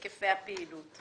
היקפי הפעילות.